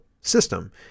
system